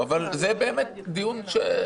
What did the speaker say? אבל זה באמת דיון אחר.